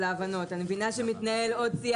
להעמיד עוד כספים בשנים הבאות כי אם הוא רוצה זאת הדרך